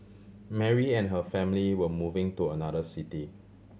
Mary and her family were moving to another city